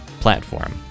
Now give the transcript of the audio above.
platform